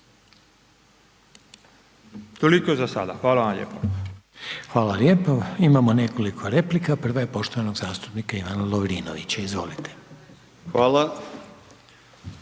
Toliko za sada, hvala vam lijepa. **Reiner, Željko (HDZ)** Hvala lijepa. Imamo nekoliko replika, prva je poštovanog zastupnika Ivana Lovrinovića, izvolite.